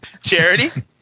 Charity